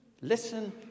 Listen